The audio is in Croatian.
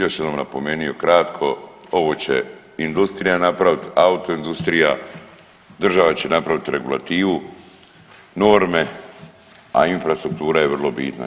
Još jednom bi napomenuo kratko, ovo će industrija napravit, autoindustrija, država će napraviti regulativu, norme, a infrastruktura je vrlo bitna.